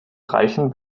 reichen